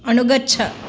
अनुगच्छ